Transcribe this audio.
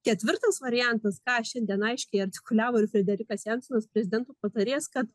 ketvirtas variantas ką šiandien aiškiai artikuliavo ir frederikas jansonas prezidento patarėjas kad